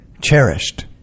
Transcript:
cherished